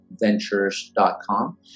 ventures.com